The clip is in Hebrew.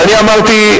ואני אמרתי,